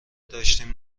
داشتیم